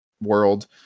world